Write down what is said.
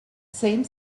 seemed